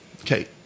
Okay